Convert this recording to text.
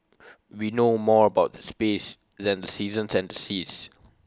we know more about space than the seasons and the seas